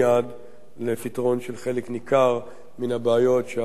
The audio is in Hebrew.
לפתרון של חלק ניכר מן הבעיות שהחברים,